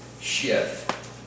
shift